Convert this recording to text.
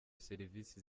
serivisi